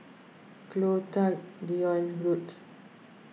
Clotilde Dion and Ruthe